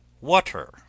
water